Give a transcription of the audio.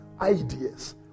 ideas